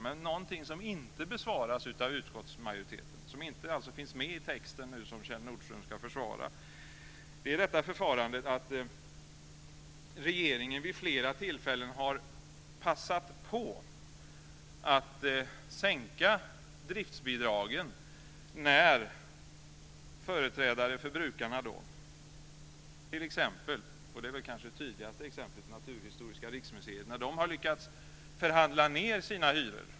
Men någonting som inte besvaras av utskottsmajoriteten, som alltså inte finns med i texten som Kjell Nordström nu ska försvara, är att regeringen vid flera tillfällen har passat på att sänka driftsbidragen när företrädare för brukarna, t.ex. Naturhistoriska riksmuseet, det är väl det tydligaste exemplet, har lyckats förhandla ned sina hyror.